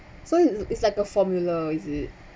so it's it's like a formula is it